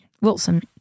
Wilson